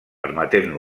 permetent